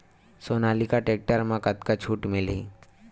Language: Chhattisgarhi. सोनालिका टेक्टर म कतका छूट मिलही?